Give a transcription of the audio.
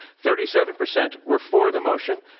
thirty seven percent were for the motion,